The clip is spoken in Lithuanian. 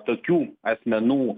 tokių asmenų